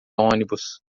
onibus